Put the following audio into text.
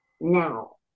now